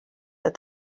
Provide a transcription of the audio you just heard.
that